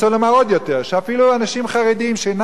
שאפילו אנשים חרדים שאינם לומדים תורה,